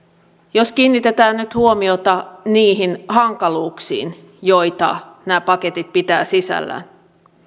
jos kiinnitetään nyt huomiota niihin hankaluuksiin joita nämä paketit pitävät sisällään